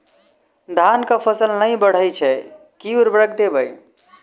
धान कऽ फसल नै बढ़य छै केँ उर्वरक देबै?